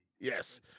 Yes